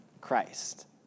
Christ